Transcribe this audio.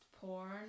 porn